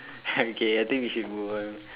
okay I think we should move on